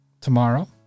tomorrow